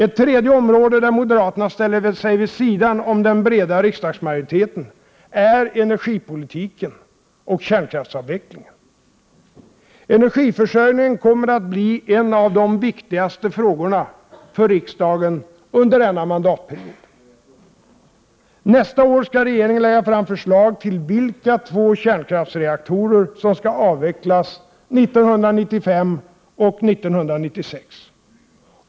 Ett tredje område där moderaterna ställer sig vid sidan av den breda riksdagsmajoriteten är energipolitiken och kärnkraftsavvecklingen. Energiförsörjningen kommer att bli en av de viktigaste frågorna för riksdagen under denna mandatperiod. Nästa år skall regeringen lägga fram förslag till vilka två kärnkraftsreaktorer som skall avvecklas 1995 och 1996.